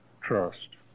trust